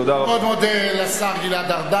אני מודה מאוד לשר גלעד ארדן,